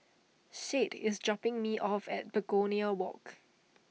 Shade is dropping me off at Begonia Walk